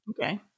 Okay